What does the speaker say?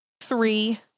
three